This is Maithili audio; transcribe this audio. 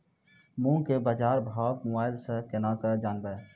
मूंग के बाजार भाव मोबाइल से के ना जान ब?